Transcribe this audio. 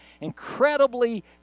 Incredibly